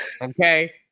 Okay